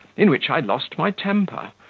in which i lost my temper,